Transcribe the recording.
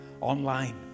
Online